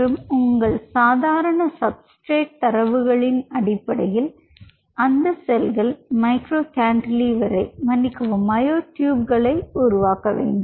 மற்றும் உங்கள் சாதாரண சபஸ்ட்ரேட் தரவுகளின் அடிப்படையில் அந்த செல்கள் மைக்ரோ கேன்டிலீவரை மன்னிக்கவும் மயோட்யூப்களை உருவாக்க வேண்டும்